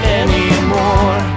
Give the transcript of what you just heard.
anymore